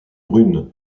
brunes